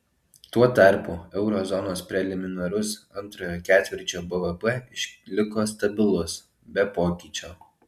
tuo tarpu euro zonos preliminarus antrojo ketvirčio bvp išliko stabilus be pokyčio